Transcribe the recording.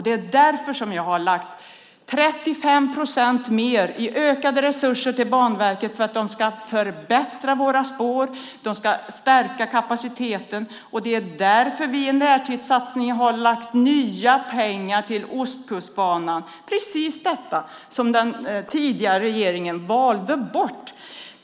Det är därför som jag har ökat resurserna till Banverket med 35 procent för att de ska förbättra våra spår och stärka kapaciteten. Det är därför som vi i närtidssatsningen har lagt nya pengar till Ostkustbanan. Det är precis detta som den tidigare regeringen valde bort.